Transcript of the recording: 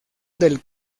del